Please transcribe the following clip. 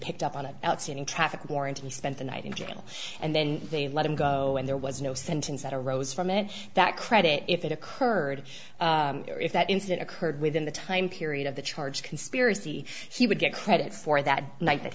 picked up on an outstanding traffic warrant and spent the night in jail and then they let him go and there was no sentence that arose from it that credit if it occurred if that incident occurred within the time period of the charge conspiracy he would get credit for that night that